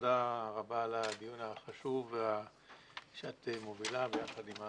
תודה רבה על הדיון החשוב שהשרה להגנת